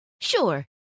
Sure